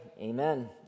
amen